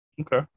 Okay